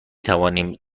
توانیم